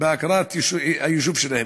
הכרה ביישוב שלהם.